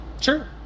sure